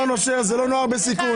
נושר וזה לא נוער בסיכון.